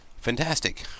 fantastic